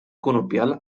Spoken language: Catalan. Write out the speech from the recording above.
conopial